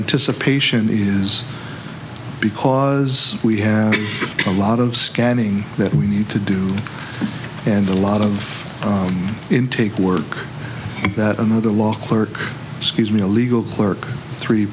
a patient is because we have a lot of scanning that we need to do and a lot of intake work that another law clerk excuse me a legal clerk three